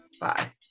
bye